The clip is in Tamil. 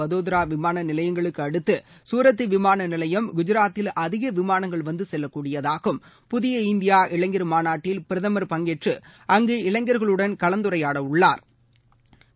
வதோதரா விமானநிலையங்களுக்கு அடுத்து சூரத் விமானநிலையம் குஜாத்தில் அதிக விமானங்கள் வந்துசெல்லக்கூடியதாகும் புதிய இந்தியா இளைஞர் மாநாட்டில் பிரதம் பங்கேற்று அங்கு இளைஞர்களுடன் கலந்துரையாட உள்ளா்